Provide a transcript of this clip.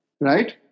Right